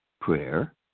prayer